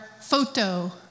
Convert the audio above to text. photo